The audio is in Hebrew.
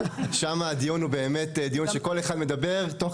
שם הדיון הוא באמת דיון שכל אחד מדבר תוך